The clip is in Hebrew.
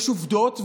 יש עובדות,